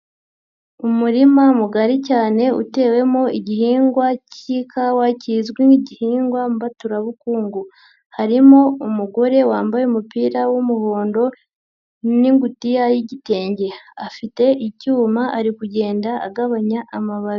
Umurima mugari cyane utewemo igihingwa cy'ikawa kizwi nk'igihingwa mbaturarabukungu, harimo umugore wambaye umupira w'umuhondo n'ingutiya y'igitenge, afite icyuma ari kugenda agabanya amababi.